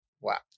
Wow